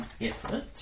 effort